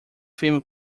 film